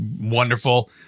Wonderful